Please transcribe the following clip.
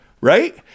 Right